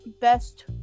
best